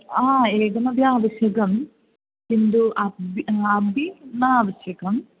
हा एकमपि आवश्यकं किन्तु अब् आं बि न आवश्यकम्